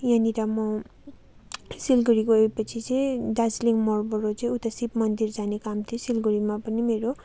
यहाँनिर म सिलिगुडी गए पछि चाहिँ दार्जीलिङ मोडबाट चाहिँ उता शिव मन्दिर जाने काम थियो सिलिगुडीमा पनि मेरो